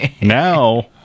Now